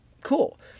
cool